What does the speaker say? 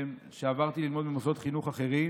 כשעברתי ללמוד במוסדות חינוך אחרים.